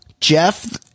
Jeff